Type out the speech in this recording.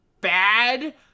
bad